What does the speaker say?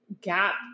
gap